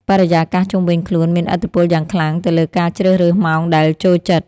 បរិយាកាសជុំវិញខ្លួនមានឥទ្ធិពលយ៉ាងខ្លាំងទៅលើការជ្រើសរើសម៉ោងដែលចូលចិត្ត។